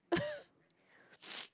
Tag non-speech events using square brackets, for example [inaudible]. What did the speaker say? [laughs] [noise]